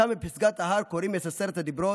שם, בפסגת ההר, קוראים את עשרת הדיברות